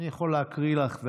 אני יכול להקריא לך.